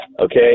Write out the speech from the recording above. okay